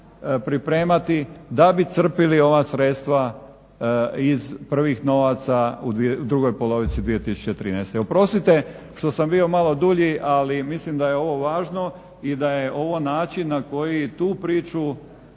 pripremati da bi crpili ova sredstava iz prvih novaca u drugoj polovici 2013. Oprostite što sam bio malo dulji ali mislim da je ovo važno i da je ovo način na koji tu priču